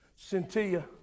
Cynthia